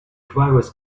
drivers